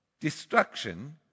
destruction